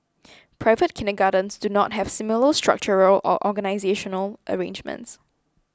private kindergartens do not have similar structural or organisational arrangements